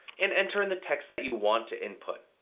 and enter in the text that you want to input.